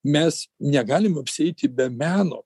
mes negalim apsieiti be meno